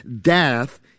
Death